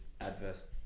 adverse